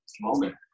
moment